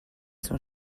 sont